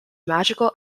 magical